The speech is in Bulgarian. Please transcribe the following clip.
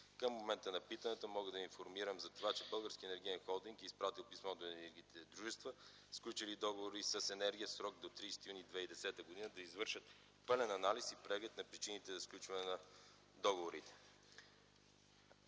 Към момента на питането мога да Ви информирам за това, че Българският енергиен холдинг е изпратил писмо до енергийните дружества, сключили договори с „Енергия”, в срок до 30 юни 2010 г., да извършат пълен анализ и преглед на причините за сключване на договорите.